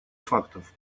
фактов